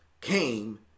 came